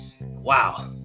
Wow